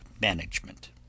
MANAGEMENT